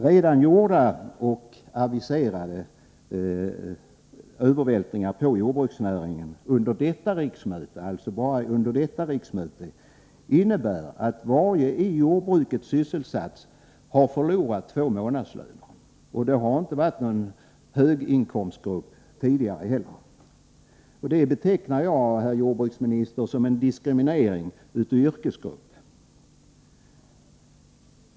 Redan gjorda och aviserade övervältringar på jordbruksnäringen bara under detta riksmöte innebär att varje i jordbruket sysselsatt har förlorat två månadslöner. Detta har inte heller tidigare varit någon höginkomstgrupp. Det betecknar jag, herr jordbruksminister, som en diskriminering av en yrkesgrupp.